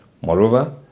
Moreover